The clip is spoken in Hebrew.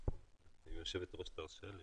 אם היושבת ראש תרשה לי,